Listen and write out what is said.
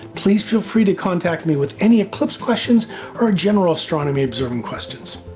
please feel free to contact me with any eclipse questions or general astronomy observing questions.